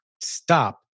stop